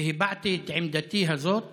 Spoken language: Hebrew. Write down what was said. והבעתי את עמדתי הזאת